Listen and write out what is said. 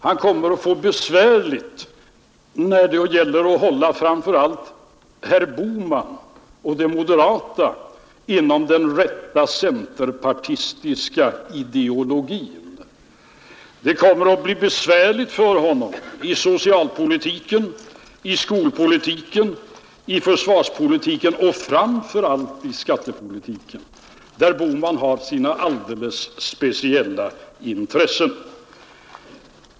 Han kommer att få det besvärligt när det gäller att hålla framför allt herr Bohman och de moderata inom den rätta centerpartistiska ideologin, Det kommer att bli besvärligt för honom i socialpolitiken, i skolpolitiken, i försvarspolitiken och framför allt i skattepolitiken, där herr Bohman har sina alldeles speciella intressen.